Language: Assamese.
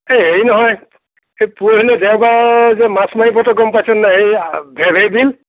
হেৰি নহয় পৰহিলৈ দেওবাৰ যে মাছ মাৰিব তই গম পাইছ নাই ভেৰভেৰি বিল